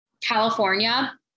California